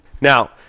Now